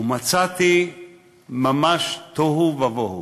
מצאתי ממש תוהו ובוהו.